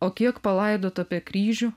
o kiek palaidota be kryžių